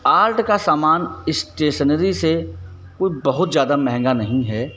art का सामान stationery से कुछ बहुत ज़्यादा महंगा नहीं है